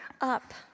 up